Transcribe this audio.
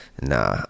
nah